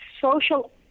social